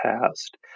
past